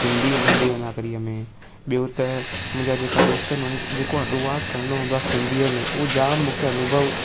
हिंदी में देवनागरीअ में ॿियो त मुंहिंजा जेका दोस्त आहिनि जेको अनुवाद करिणो हूंदो आहे सिंधीअ में उहो जामु मूंखे अनुभव